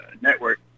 network